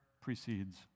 precedes